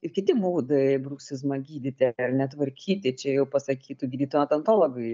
ir kiti būdai bruksizmą gydyti ar ne tvarkyti čia jau pasakytų gydytojai odontologai